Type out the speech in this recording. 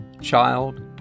child